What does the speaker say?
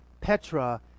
Petra